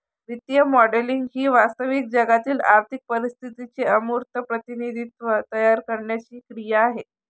वित्तीय मॉडेलिंग ही वास्तविक जगातील आर्थिक परिस्थितीचे अमूर्त प्रतिनिधित्व तयार करण्याची क्रिया आहे